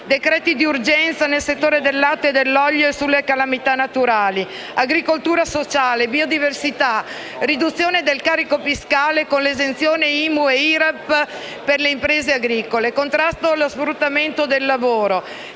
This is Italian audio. decreti d'urgenza per i settori del latte e dell'olio e in tema di calamità naturali; agricoltura sociale; biodiversità; riduzione del carico fiscale con l'esenzione IMU e IRAP per le imprese agricole; contrasto allo sfruttamento del lavoro;